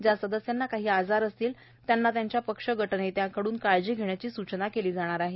ज्या सदस्यांना काही आजार असतील त्यांना त्यांच्या पक्ष गट नेत्यांकडून काळजी घेण्याची सूचना दिली जाणार आहे